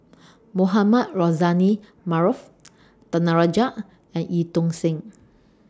Mohamed Rozani Maarof Danaraj and EU Tong Sen